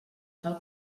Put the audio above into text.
tal